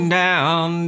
down